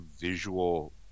visual